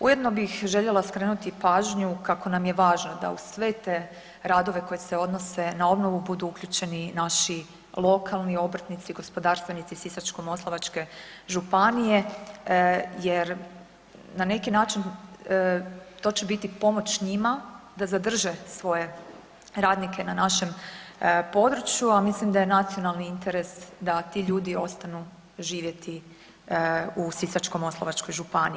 Ujedno bih željela skrenuti pažnju kako nam je važno da uz sve te radove koji se odnose na radove budu uključeni naši lokalni obrtnici, gospodarstvenici Sisačko-moslavačke županije jer na neki način to će biti pomoć njima da zadrže svoje radnike na našem području, a mislim da je nacionalni interes da ti ljudi ostanu živjeti u Sisačko-moslavačkoj županiji.